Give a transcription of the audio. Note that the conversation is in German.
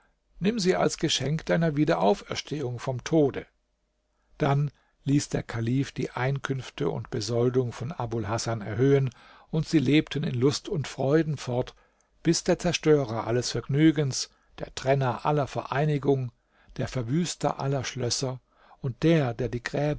nimm sie als geschenk deiner wiederauferstehung vom tode dann ließ der kalif die einkünfte und besoldung von abul hasan erhöhen und sie lebten in lust und freuden fort bis der zerstörer alles vergnügens der trenner aller vereinigung der verwüster aller schlösser und der der die gräber